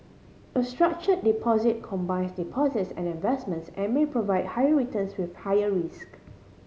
a structure deposit combines deposits and investments and may provide higher returns with higher risk